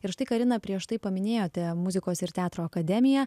ir štai karina prieš tai paminėjote muzikos ir teatro akademiją